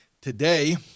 Today